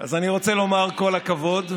אז אני רוצה לומר: כל הכבוד.